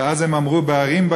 ואז הם אמרו "בערים,